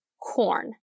corn